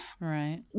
Right